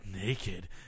naked